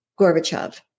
gorbachev